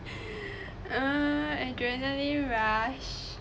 err adrenaline rush